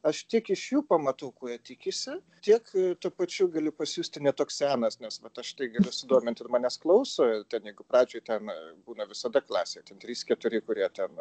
aš tiek iš jų pamatų ko jie tikisi tiek tuo pačiu galiu pasijusti ne toks senas nes vat aš tai galiu sudomint ir manęs klauso tegu pradžoj ten būna visada klasėje ten trys keturi kurie ten